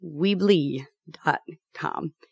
Weebly.com